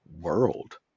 world